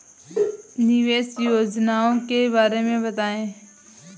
निवेश योजनाओं के बारे में बताएँ?